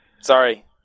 sorry